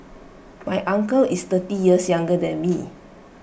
my uncle is thirty years younger than me